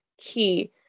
key